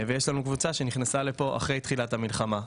יש לנו גם קבוצה שנכנסה לפה אחרי תחילת המלחמה.